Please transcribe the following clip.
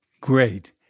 Great